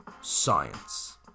science